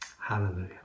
Hallelujah